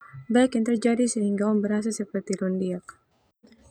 Bek yang terjadi sehingga oh merasa seperti londiak.